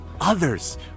others